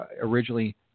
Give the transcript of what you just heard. originally